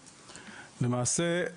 למעשה,